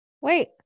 Wait